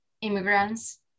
immigrants